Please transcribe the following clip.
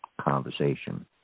conversation